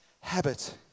habit